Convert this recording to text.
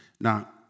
Now